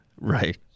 Right